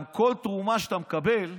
כל תרומה שאתה מקבל,